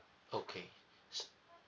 okay